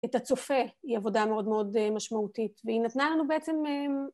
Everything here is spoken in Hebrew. את הצופה היא עבודה מאוד מאוד משמעותית והיא נתנה לנו בעצם